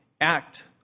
act